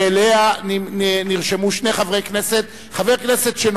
שאליהן נרשמו שני חברי כנסת, מס' 5481 ו-5482.